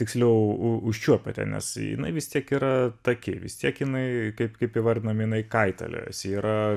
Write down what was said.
tiksliau u užčiuopiate nes jinai vis tiek yra taki vis tiek jinai kaip kaip įvardinam jinai kaitaliojosi yra